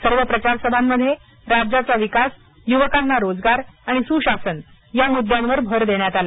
सर्व प्रचारसभांमध्ये राज्याचा विकास युवकांना रोजगार आणि सुशासन या मुद्द्यांवर भर देण्यात आला